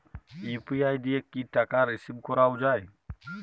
UPI দিয়ে কি টাকা রিসিভ করাও য়ায়?